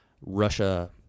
Russia